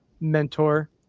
mentor